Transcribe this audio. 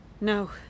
No